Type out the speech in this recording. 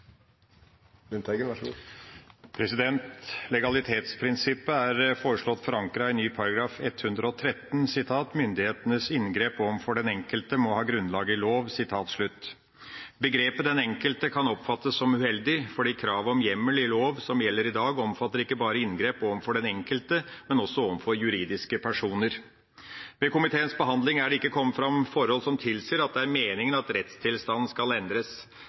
foreslått forankret i ny § 113: «Myndighetenes inngrep overfor den enkelte må ha grunnlag i lov.» Begrepet «den enkelte» kan oppfattes som uheldig, for kravet om hjemmel i lov som gjelder i dag, omfatter ikke bare inngrep overfor den enkelte, men også overfor juridiske personer. Ved komiteens behandling er det ikke kommet fram forhold som tilsier at det er meningen at rettstilstanden skal endres.